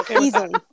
easily